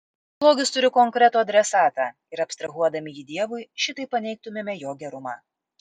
blogis turi konkretų adresatą ir abstrahuodami jį dievui šitaip paneigtumėme jo gerumą